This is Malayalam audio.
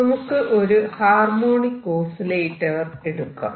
നമുക്ക് ഒരു ഹാർമോണിക് ഓസിലേറ്റർ എടുക്കാം